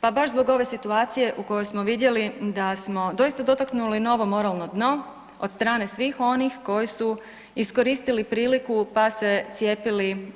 Pa baš zbog ove situacije u kojoj smo vidjeli da smo doista dotakli novo moralno dno od strane svih onih koji su iskoristili priliku pa se cijepili